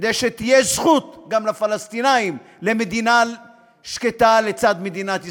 כדי שתהיה זכות גם לפלסטינים למדינה שקטה לצד מדינת ישראל.